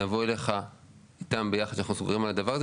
נבוא אליך ביחד איתם כשנהיה סגורים על הדבר הזה.